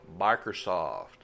Microsoft